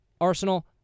Arsenal